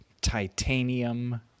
titanium